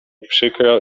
przykro